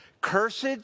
Cursed